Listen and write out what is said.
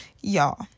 Y'all